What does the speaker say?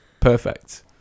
perfect